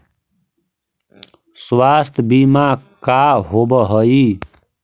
स्वास्थ्य बीमा का होव हइ?